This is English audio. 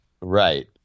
right